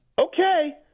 Okay